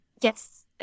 Yes